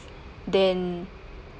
then